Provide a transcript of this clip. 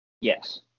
Yes